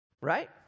right